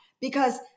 because-